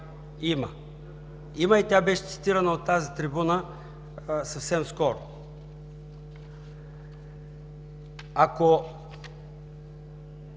Има! Има, и тя беше цитирана от тази трибуна съвсем скоро. Ако